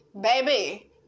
Baby